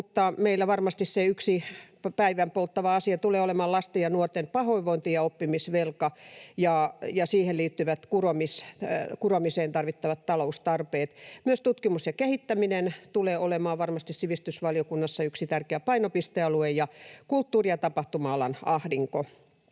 meillä varmasti se yksi päivänpolttava asia tulee olemaan lasten ja nuorten pahoinvointi ja oppimisvelka ja siihen liittyvät kuromiseen tarvittavat taloustarpeet. Myös tutkimus ja kehittäminen tulee olemaan varmasti sivistysvaliokunnassa yksi tärkeä painopistealue, ja kulttuuri- ja tapahtuma-alan ahdinko.